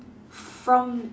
from